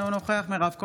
אינו נוכח מירב כהן,